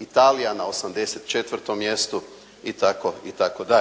Italija na 84 mjestu, itd.